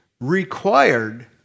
required